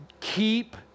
keep